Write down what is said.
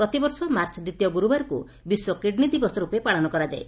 ପ୍ରତି ବର୍ଷ ମାର୍ଚ ଦିତୀୟ ଗୁର୍ଚୁବାରକୁ 'ବିଶ୍ୱ କିଡ୍ନି ଦିବସ' ର୍ପେ ପାଳନ କରାଯାଏ